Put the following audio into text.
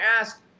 ask